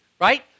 right